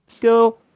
go